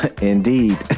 Indeed